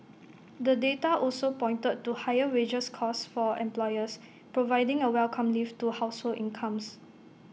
the data also pointed to higher wages costs for employers providing A welcome lift to household incomes